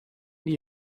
die